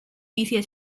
easier